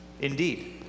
Indeed